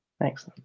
Thanks